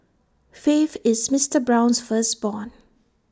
faith is Mister Brown's firstborn